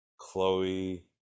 Chloe